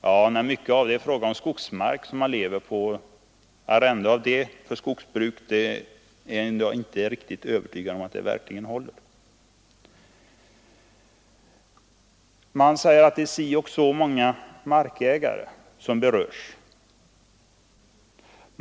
Men mycket av den mark man lever på är skogsmark, och jag är inte övertygad om att det håller att arrendera skogsmark. Det sägs också att det är så och så många markägare som berörs.